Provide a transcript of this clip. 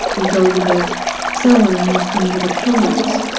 you go to the cellar, and you cling to the pillars